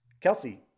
kelsey